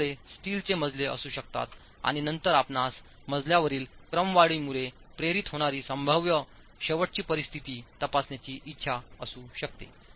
आपल्याकडे स्टीलचे मजले असू शकतात आणि नंतर आपणास मजल्यावरील क्रमवारीमुळे प्रेरित होणारी संभाव्य शेवटची परिस्थिती तपासण्याची इच्छा असू शकते